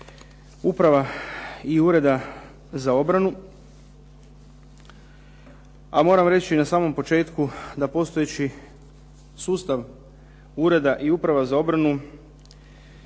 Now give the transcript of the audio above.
uprava i ureda za obranu. A moram reći na samom početku da postojeći sustav ureda i upravu za obranu